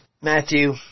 Matthew